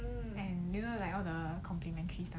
and you know like all the complimentary